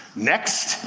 next,